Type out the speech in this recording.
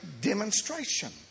demonstration